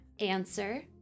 Answer